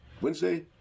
Wednesday